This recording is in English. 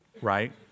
Right